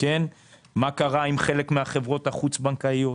מה קרה עם חלק מהחברות החוץ-בנקאיות,